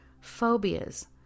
phobias